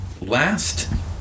last